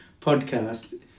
podcast